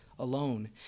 alone